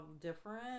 different